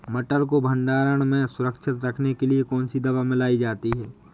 मटर को भंडारण में सुरक्षित रखने के लिए कौन सी दवा मिलाई जाती है?